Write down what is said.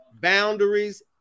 boundaries